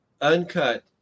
uncut